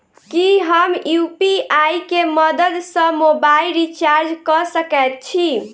की हम यु.पी.आई केँ मदद सँ मोबाइल रीचार्ज कऽ सकैत छी?